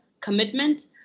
commitment